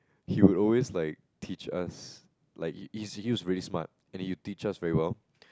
he would always like teach us like he's he's really smart and he would teach us very well